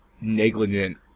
negligent